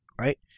right